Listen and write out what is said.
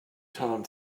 tom